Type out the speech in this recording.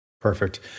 Perfect